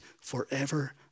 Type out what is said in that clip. forever